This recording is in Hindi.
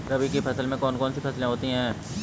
रबी की कौन कौन सी फसलें होती हैं?